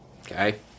okay